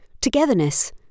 togetherness